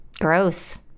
gross